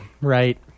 right